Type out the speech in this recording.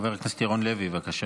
חבר הכנסת ירון לוי, בבקשה.